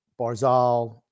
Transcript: Barzal